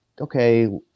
okay